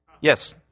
Yes